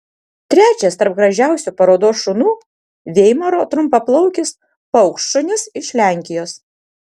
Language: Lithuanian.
trečias tarp gražiausių parodos šunų veimaro trumpaplaukis paukštšunis iš lenkijos